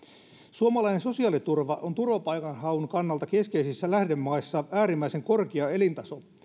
suomalainen sosiaaliturva on turvapaikanhaun kannalta keskeisissä lähtömaissa äärimmäisen korkea elintaso